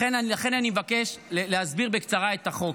לכן אני מבקש להסביר בקצרה את החוק: